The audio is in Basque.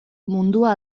mundua